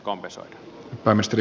arvoisa puhemies